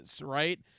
right